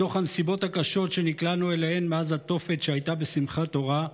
מתוך הנסיבות הקשות שנקלענו אליהן מאז התופת שהייתה בשמחת תורה,